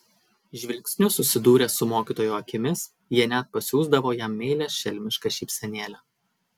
žvilgsniu susidūrę su mokytojo akimis jie net pasiųsdavo jam meilią šelmišką šypsenėlę